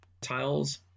tiles